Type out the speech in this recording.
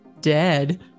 dead